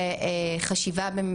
והגענו למסקנה,